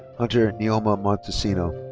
hunter neoma montesino.